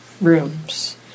rooms